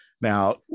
now